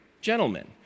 gentlemen